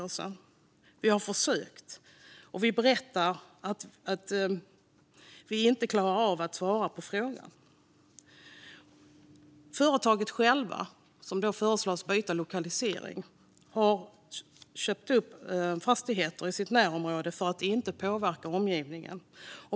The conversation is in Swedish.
Hon sa att de har försökt och att de har berättat att de inte klarar av att svara på frågan. Företaget självt, som föreslås byta lokalisering, har köpt upp fastigheter i sitt närområde för att inte påverka omgivningen.